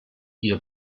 ihr